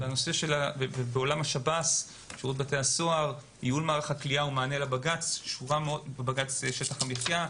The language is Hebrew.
בעולם השב"ס יש ניהול מערך הכליאה ומענה לבג"ץ שטח המחיה,